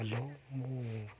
hello ମୁଁ